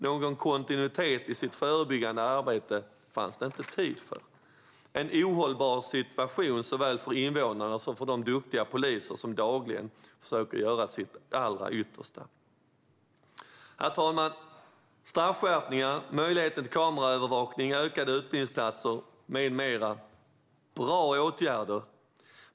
Någon kontinuitet i deras förebyggande arbete fanns det inte tid för. Det är en ohållbar situation såväl för invånarna som för de duktiga poliser som dagligen försöker göra sitt allra yttersta. Herr talman! Straffskärpningarna, möjlighet till kameraövervakning, ökade utbildningsplatser med mera är bra åtgärder.